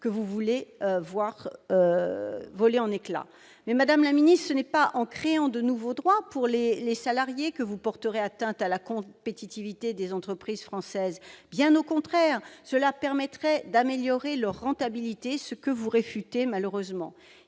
Et vous voulez les faire voler en éclats ! Ce n'est pas en créant de nouveaux droits pour les salariés que vous porterez atteinte à la compétitivité des entreprises françaises. Bien au contraire, cela permettrait d'améliorer leur rentabilité, même si vous le réfutez malheureusement